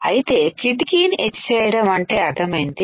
అయితే కిటికీ ని ఎచ్చేయటం అంటే అర్థమేంటి